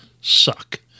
suck